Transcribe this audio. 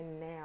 now